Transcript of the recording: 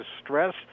stress